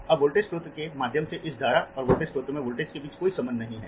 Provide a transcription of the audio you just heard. अब वोल्टेज स्रोत के माध्यम से इस धारा और वोल्टेज स्रोत में वोल्टेज के बीच कोई संबंध नहीं है